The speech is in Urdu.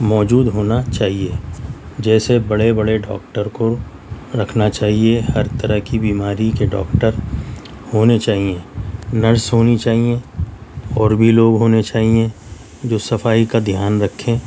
موجود ہونا چاہیے جیسے بڑے بڑے ڈاکٹر کو رکھنا چاہیے ہر طرح کی بیماری کے ڈاکٹر ہونے چاہئیں نرس ہونی چاہئیں اور بھی لوگ ہونے چاہئیں جو صفائی کا دھیان رکھیں